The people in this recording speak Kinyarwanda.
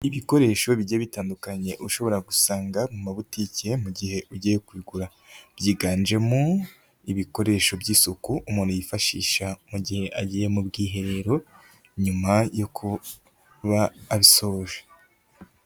Ibikoresho bigiya bitandukanye ushobora gusanga mu mabutike mu gihe ugiye kubigura. byiganjemo ibikoresho by'isuku umuntu yifashisha mu gihe agiye mu bwiherero, nyuma yo kuba abisoje.